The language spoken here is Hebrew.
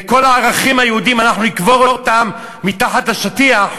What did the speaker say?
ואת כל הערכים היהודיים אנחנו נקבור מתחת לשטיח.